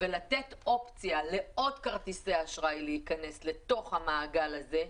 ולתת אופציה לעוד כרטיסי אשראי להיכנס לתוך המעגל הזה,